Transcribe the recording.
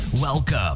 Welcome